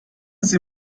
sie